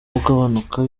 ugabanuka